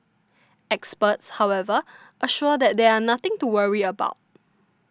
experts however assure that there are nothing to worry about